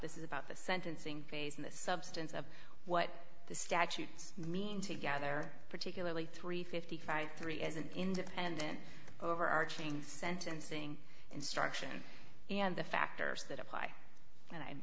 this is about the sentencing phase and the substance of what the statutes mean together particularly three fifty five three as an independent overarching sentencing instruction and the factors that apply and i'm